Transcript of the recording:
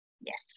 yes